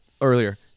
earlier